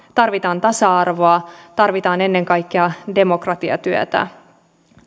tarvitaan tasa arvoa tarvitaan ennen kaikkea demokratiatyötä